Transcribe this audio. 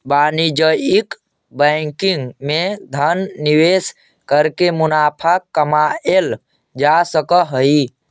वाणिज्यिक बैंकिंग में धन निवेश करके मुनाफा कमाएल जा सकऽ हइ